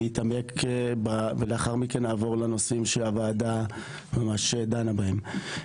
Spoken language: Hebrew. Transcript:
לאחר מכן אעבור לנושאים שהוועדה ממש דנה בהם.